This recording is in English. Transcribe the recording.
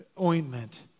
ointment